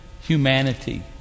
humanity